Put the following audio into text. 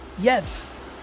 Yes